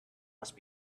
must